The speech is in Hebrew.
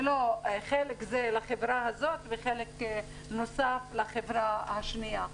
ולא חלק זה לחברה הזאת וחלק נוסף לחברה השניה.